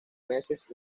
meses